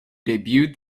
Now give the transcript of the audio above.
debuted